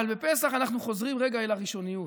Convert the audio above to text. אבל בפסח אנחנו חוזרים רגע אל הראשוניות,